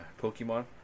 Pokemon